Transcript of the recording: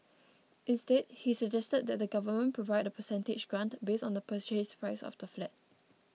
instead he suggested that the Government Provide a percentage grant based on the Purchase Price of the flat